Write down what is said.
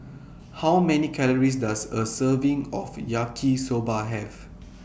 How Many Calories Does A Serving of Yaki Soba Have